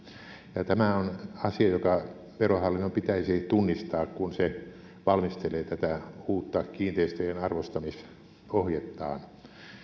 tämä on asia joka verohallinnon pitäisi tunnistaa kun se valmistelee tätä uutta kiinteistöjen arvostamisohjettaan